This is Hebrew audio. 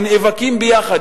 שנאבקים ביחד,